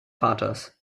vaters